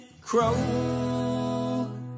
crow